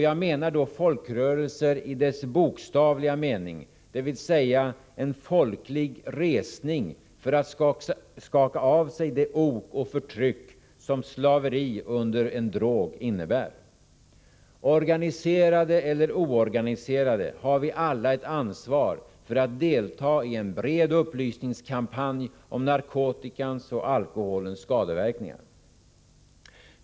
Jag menar då folkrörelser i dess bokstavliga mening, dvs. en folklig resning för att skaka av sig det ok och förtryck som slaveri under en drog innebär. Organiserade eller oorganiserade har vi alla ett ansvar för att delta i en bred upplysningskampanj om narkotikans och alkoholens skadeverkningar.